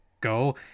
go